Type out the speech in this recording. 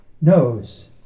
knows